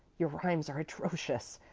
your rhymes are atrocious.